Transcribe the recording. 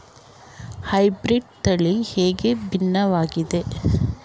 Hybrid ತಳಿ ಹೇಗೆ ಭಿನ್ನವಾಗಿದೆ?